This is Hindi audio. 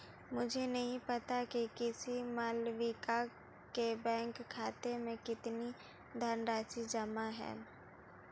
मुझे नही पता कि किसी मालविका के बैंक खाते में कितनी धनराशि जमा है